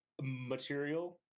material